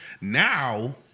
Now